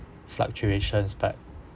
fluctuations but